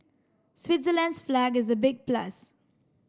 Switzerland's flag is a big plus